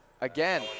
Again